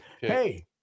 Hey